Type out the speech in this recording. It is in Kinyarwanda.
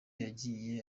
yagiye